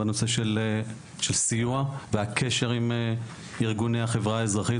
בנושא של סיוע והקשר עם ארגוני החברה האזרחית.